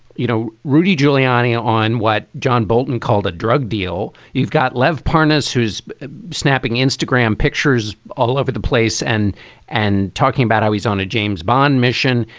you know, rudy giuliani on what john bolton called a drug deal. you've got live partners who's snapping instagram pictures all over the place and and talking about how he's on a james bond mission.